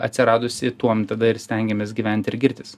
atsiradusi tuom tada ir stengiamės gyventi ir girtis